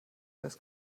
das